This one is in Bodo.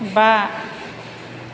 बा